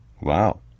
Wow